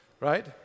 Right